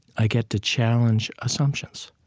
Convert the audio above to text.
i get to challenge assumptions.